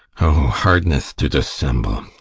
o, hardness to dissemble